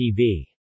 TV